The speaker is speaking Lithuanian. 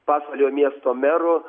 pasvalio miesto meru